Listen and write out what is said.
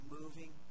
moving